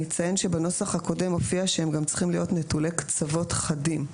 אני אציין שבנוסח הקודם הופיע שהם גם צריכים להיות נטולי קצוות חדים.